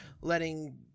letting